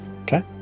Okay